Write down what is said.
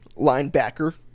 linebacker